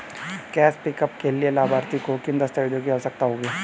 Cash pickup के लिए लाभार्थी को किन दस्तावेजों की आवश्यकता होगी?